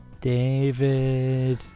David